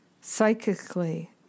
psychically